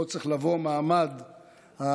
פה צריך לבוא מעמד המפכ"ל,